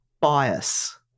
bias